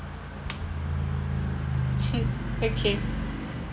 okay